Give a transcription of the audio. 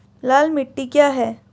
लाल मिट्टी क्या है?